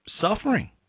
suffering